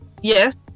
Yes